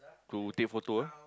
to take photo